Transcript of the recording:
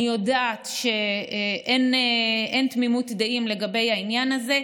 אני יודעת שאין תמימות דעים לגבי העניין הזה.